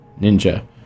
Ninja